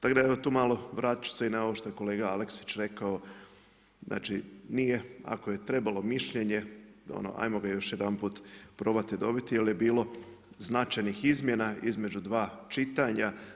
Tako da evo, tu malo, vratiti ću se na ovo što je i kolega Aleksić rekao, znači nije, ako je trebalo mišljenje, ono ajmo ga još jedanput probati dobiti, jer je bilo značajnih izmjena između dva čitanja.